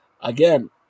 again